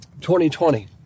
2020